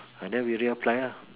ah then we reapply lah